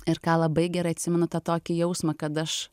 ir ką labai gerai atsimenu tą tokį jausmą kad aš